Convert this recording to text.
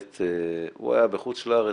הוא היה בחוץ לארץ,